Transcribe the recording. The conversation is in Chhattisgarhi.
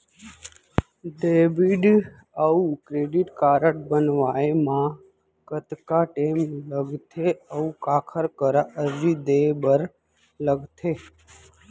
डेबिट अऊ क्रेडिट कारड बनवाए मा कतका टेम लगथे, अऊ काखर करा अर्जी दे बर लगथे?